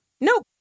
Nope